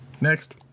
Next